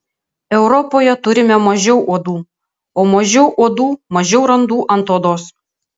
europoje turime mažiau uodų o mažiau uodų mažiau randų ant odos